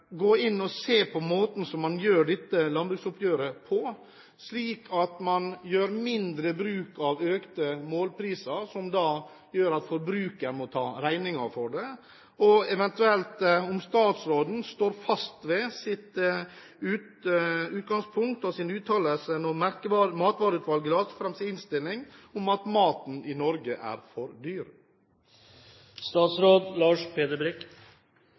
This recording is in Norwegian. gå inn og se på måten dette landbruksoppgjøret gjøres på, slik at man gjør mindre bruk av økte målpriser, som gjør at forbrukerne må ta regningen? Og står statsråden eventuelt fast ved sitt utgangspunkt og sin uttalelse da Matkjedeutvalget la fram sin innstilling, om at maten i Norge er for